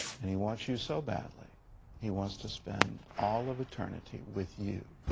and he wants you so badly he wants to spend all of eternity with you